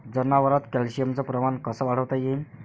जनावरात कॅल्शियमचं प्रमान कस वाढवता येईन?